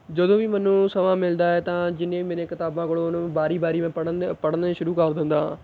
ਜਦੋਂ ਵੀ ਮੈਨੂੰ ਸਮਾਂ ਮਿਲਦਾ ਹੈ ਤਾਂ ਜਿੰਨੀਆਂ ਵੀ ਮੇਰੀਆਂ ਕਿਤਾਬਾਂ ਕੋਲੋਂ ਮੈਨੂੰ ਵਾਰੀ ਵਾਰੀ ਮੈਂ ਪੜ੍ਹਨ ਪੜ੍ਹਨੇ ਸ਼ੁਰੂ ਕਰ ਦਿੰਦਾ ਹਾਂ